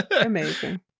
Amazing